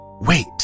wait